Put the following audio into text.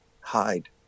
hide